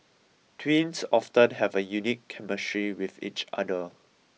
twins often have a unique chemistry with each other